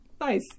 nice